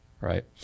right